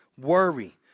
worry